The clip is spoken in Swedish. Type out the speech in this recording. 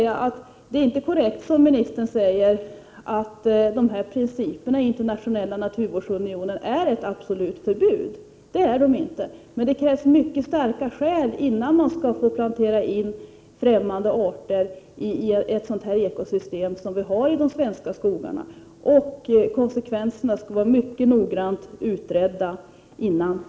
Det är inte korrekt, som ministern säger, att principerna i Internationella naturvårdsunionen innebär ett absolut förbud, men det krävs mycket starka skäl innan man får plantera in fftämmande arter i ett sådant ekosystem som de svenska skogarna utgör. Konsekvenserna skall vara mycket noggrant utredda innan dess.